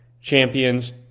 champions